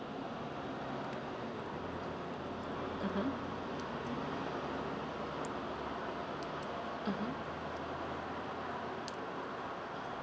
mmhmm mmhmm